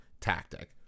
tactic